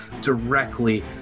directly